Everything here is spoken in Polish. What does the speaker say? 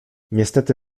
niestety